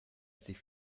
sich